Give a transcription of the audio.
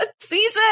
season